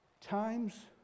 Times